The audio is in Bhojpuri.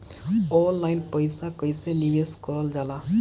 ऑनलाइन पईसा कईसे निवेश करल जाला?